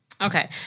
Okay